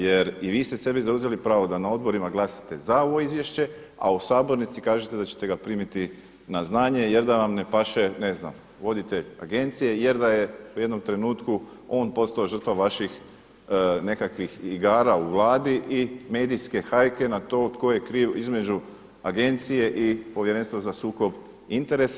Jer i vi ste sebi zauzeli pravo da na odborima glasate za ovo izvješće, a u sabornici kažete da ćete ga primiti na znanje jer da vam ne paše ne znam voditelj agencije jer da je u jednom trenutku on postao žrtva vaših nekakvih igara u Vladi i medijske hajke na to tko je kriv između agencije i Povjerenstva za sukob interesa.